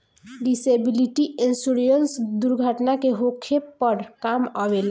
disability insurance दुर्घटना के होखे पर काम अवेला